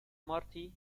marty